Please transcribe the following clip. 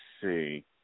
see